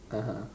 (uh huh)